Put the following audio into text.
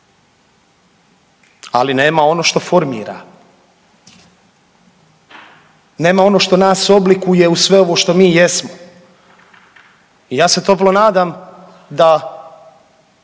ali nema ono što formira, nema ono što nas oblikuje u sve ovo što mi jesmo i ja se toplo nadam da